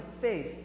faith